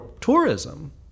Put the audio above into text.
tourism